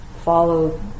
follow